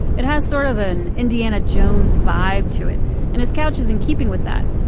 it has sort of an indiana jones vibe to it and his couch is in keeping with that.